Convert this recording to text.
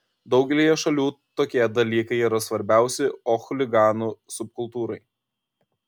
daugelyje šalių tokie dalykai yra svarbiausi o chuliganų subkultūrai